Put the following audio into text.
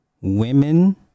women